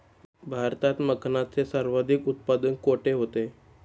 भारतात मखनाचे सर्वाधिक उत्पादन कोठे होते?